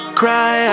cry